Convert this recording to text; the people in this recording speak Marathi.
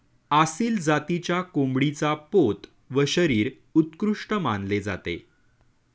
आसिल जातीच्या कोंबडीचा पोत व शरीर उत्कृष्ट मानले जाते